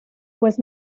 pues